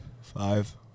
Five